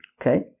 Okay